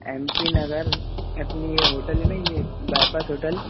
M P Nagar अपनी ये hotel है ना ये बायपास होटल